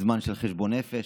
זמן של חשבון נפש.